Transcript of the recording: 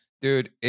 Dude